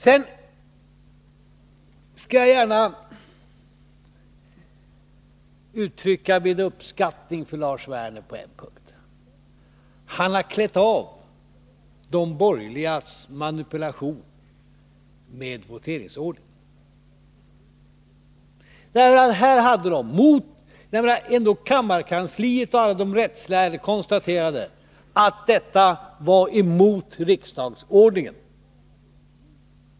Jag skall gärna uttrycka min uppskattning över Lars Werner på en punkt. Han har klätt av de borgerligas manipulationer med voteringsordningen. Kammarkansliet och alla de rättslärde har konstaterat att de borgerligas förslag var emot riksdagsordningen.